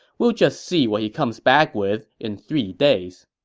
we'll just see what he comes back with in three days